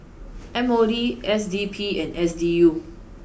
M O D S D P and S D U